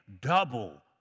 double